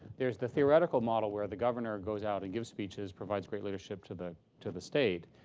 there is the theoretical model where the governor goes out and gives speeches, provides great leadership to the to the state.